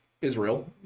Israel